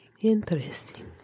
Interesting